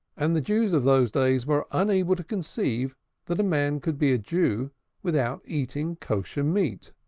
and the jews of those days were unable to conceive that a man could be a jew without eating kosher meat,